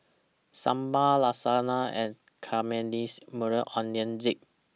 Sambar Lasagna and Caramelized Maui Onion Dip